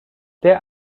der